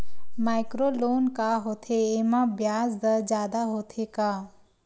Micro loan का होथे येमा ब्याज दर जादा होथे का?